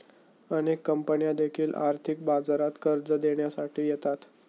अनेक कंपन्या देखील आर्थिक बाजारात कर्ज देण्यासाठी येतात